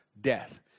Death